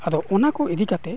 ᱟᱫᱚ ᱚᱱᱟᱠᱚ ᱤᱫᱤ ᱠᱟᱛᱮᱫ